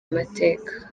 mateka